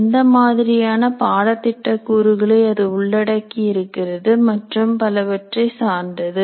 எந்த மாதிரியான பாடத்திட்ட கூறுகளை அது உள்ளடக்கியிருக்கிறது மற்றும் பலவற்றை சார்ந்தது